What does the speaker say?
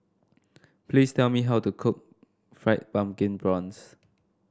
please tell me how to cook Fried Pumpkin Prawns